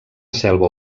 selva